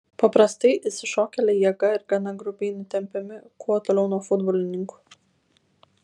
paprastai išsišokėliai jėga ir gana grubiai nutempiami kuo toliau nuo futbolininkų